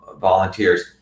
volunteers